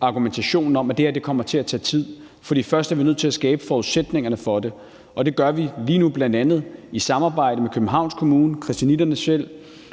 argumentationen om, at det her kommer til at tage tid, fordi vi først er nødt til at skabe forudsætningerne for det, og det gør vi lige nu bl.a. i samarbejde med Københavns Kommune, christianitterne